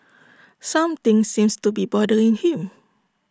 something seems to be bothering him